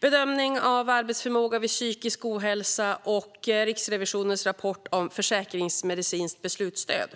bedömningen av arbetsförmåga vid psykisk ohälsa och om försäkringsmedicinskt beslutsstöd.